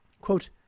Quote